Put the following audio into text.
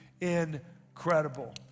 incredible